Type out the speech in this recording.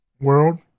world